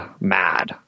Mad